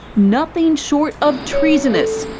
nothing short of treasoness.